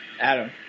Adam